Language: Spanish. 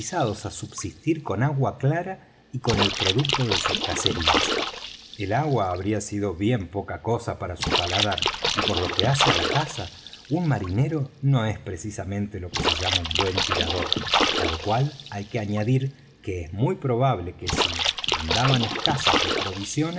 á subsistir con agua clara y con el producto de sus cacerías el agua habría sido bien poca cosa para su paladar y por lo que hace á la caza un marinero no es precisamente lo que se llama un buen tirador á lo cual hay que añadir que es muy probable que si andaban escasos de provisiones